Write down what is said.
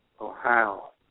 Ohio